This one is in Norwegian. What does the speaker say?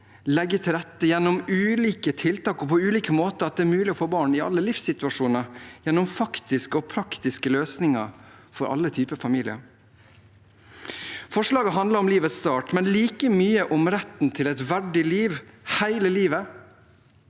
legge til rette for, gjennom ulike tiltak og på ulike måter, at det er mulig å få barn i alle livssituasjoner, gjennom faktiske og praktiske løsninger for alle typer familier. Forslaget handler om livets start, men like mye om retten til et verdig liv hele livet.